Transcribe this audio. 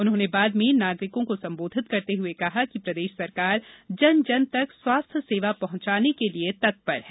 उन्होने बाद में नागरिको को संबोधित करते हुए कहा कि प्रदेश सरकार जन जन तक स्वास्थ्य सेवा पहुंचाने के लिये तत्पर है